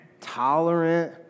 tolerant